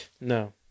No